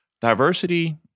Diversity